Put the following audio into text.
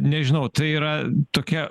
nežinau tai yra tokia